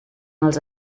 els